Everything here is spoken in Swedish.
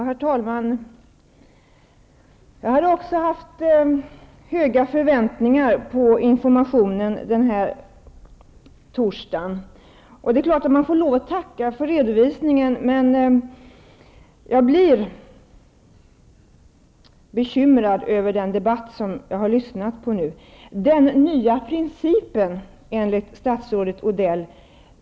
Herr talman! Jag har också haft höga förväntningar på informationen denna torsdag. Jag får väl lov att tacka för redovisningen. Men jag blir bekymrad över den debatt jag har lyssnat på. Enligt statsrådet Odell är det fråga om den nya principen.